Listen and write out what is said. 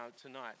tonight